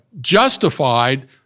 justified